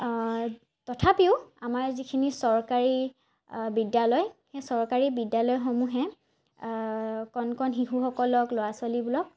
তথাপিও আমাৰ যিখিনি চৰকাৰী বিদ্যালয় সেই চৰকাৰী বিদ্যালয়সমূহে কণ কণ শিশুসকলক ল'ৰা ছোৱালীবোৰক